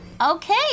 okay